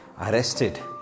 arrested